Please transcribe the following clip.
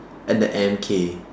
and the M_K